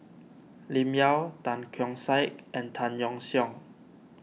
Lim Yau Tan Keong Saik and Tan Yeok Seong